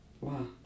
Wow